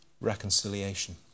reconciliation